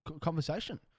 conversation